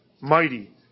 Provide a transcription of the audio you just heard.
mighty